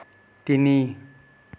তিনি